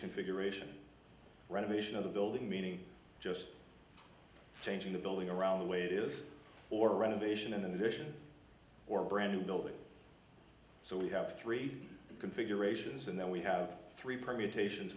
configuration renovation of the building meaning just changing the building around the way it is or renovation in addition or brand new building so we have three configurations and then we have three permutations